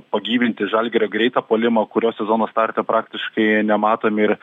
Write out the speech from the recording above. pagyvinti žalgirio greitą puolimą kurio sezono starte praktiškai nematom ir